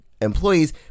employees